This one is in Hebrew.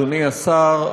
אדוני השר,